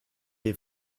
den